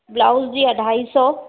blouse जी अढाई सौ